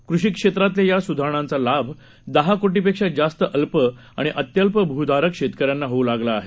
कृषी क्षेत्रातल्या या सुधारणांचा लाभ दहा कोटीपेक्षा जास्त अल्प आणि अत्यल्प भूधारक शेतकऱ्यांना होऊ लागला आहे